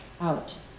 out